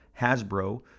Hasbro